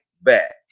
back